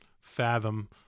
fathom